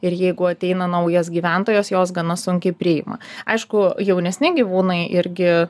ir jeigu ateina naujas gyventojas jos gana sunkiai priima aišku jaunesni gyvūnai irgi